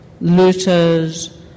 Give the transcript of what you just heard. looters